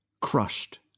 Crushed